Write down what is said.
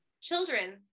Children